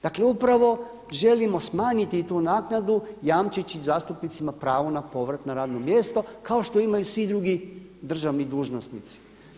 Dakle upravo želimo smanjiti tu naknadu jamčeći zastupnicima pravo na povrat na radno mjesto kao što imaju i svi drugi državni dužnosnici.